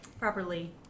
Properly